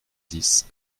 dix